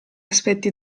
aspetti